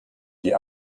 die